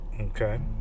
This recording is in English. okay